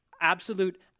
absolute